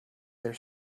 their